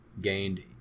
gained